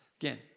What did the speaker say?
Again